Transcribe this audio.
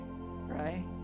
right